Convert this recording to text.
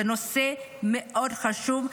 זה נושא מאוד חשוב,